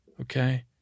okay